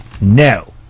no